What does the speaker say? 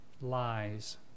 Lies